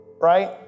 right